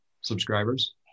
subscribers